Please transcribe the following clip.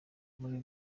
muri